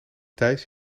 thijs